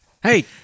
hey